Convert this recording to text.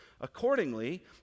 Accordingly